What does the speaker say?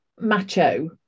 macho